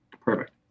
Perfect